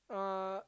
uh